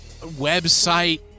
website